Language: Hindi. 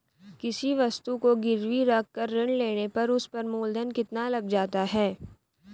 किसी वस्तु को गिरवी रख कर ऋण लेने पर उस पर मूलधन कितना लग जाता है?